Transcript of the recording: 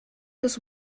des